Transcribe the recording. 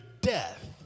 death